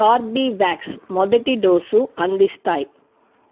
Corbevax మొదటి dose అందిస్తాయి